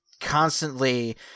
constantly